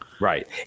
Right